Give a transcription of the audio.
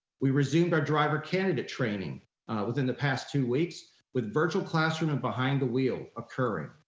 we resumed our driver candidate training within the past two weeks with virtual classroom and behind the wheel occurring.